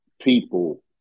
people